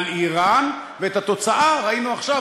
ואת התוצאה ראינו עכשיו,